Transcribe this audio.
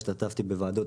השתתפתי בוועדות,